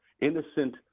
innocent